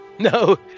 No